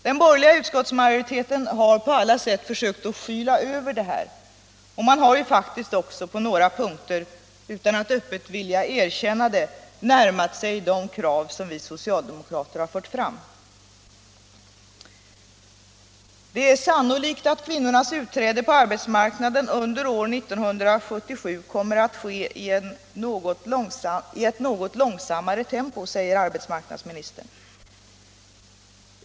Den borgerliga utskottsmajoriteten har på alla sätt försökt skyla över detta, och man har ju faktiskt också på några punkter — utan att öppet vilja erkänna det — närmat sig de krav som vi socialdemokrater har fört fram. Det är sannolikt att kvinnornas utträde på arbetsmarknaden under år 1977 kommer att ske i ett något långsammare tempo, säger arbetsmarknadsministern.